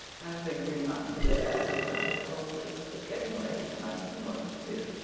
i think we must, said anne, rather coldly. it's getting late, and i've some work to do.